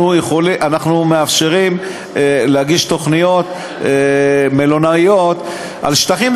מאפשרים להגיש תוכניות מלונאיות על שטחים,